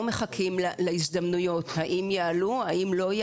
מחכים להזדמנויות שאולי יעלו ואולי לא,